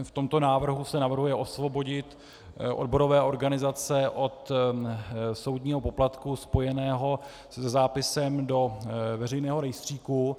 V tomto návrhu se navrhuje osvobodit odborové organizace od soudního poplatku spojeného se zápisem do veřejného rejstříku.